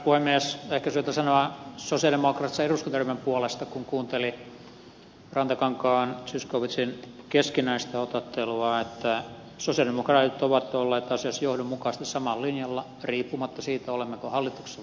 ehkä on syytä sanoa sosialidemokraattisen eduskuntaryhmän puolesta kun kuunteli rantakankaan ja zyskowiczin keskinäistä otattelua että sosialidemokraatit ovat olleet asiassa johdonmukaisesti samalla linjalla riippumatta siitä olemmeko hallituksessa vai oppositiossa